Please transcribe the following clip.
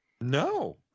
No